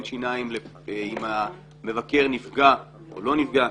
אין שיניים אם המבקר נפגע או לא נפגע,